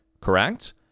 correct